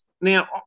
Now